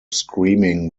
screaming